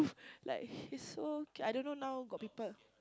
like he so cute I don't know now got people